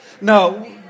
No